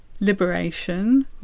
Liberation